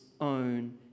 own